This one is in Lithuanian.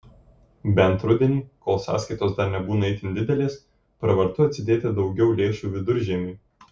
bent rudenį kol sąskaitos dar nebūna itin didelės pravartu atsidėti daugiau lėšų viduržiemiui